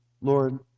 Lord